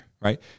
right